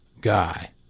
guy